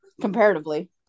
comparatively